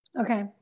Okay